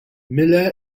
miller